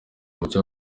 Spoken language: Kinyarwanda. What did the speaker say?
mucyo